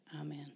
Amen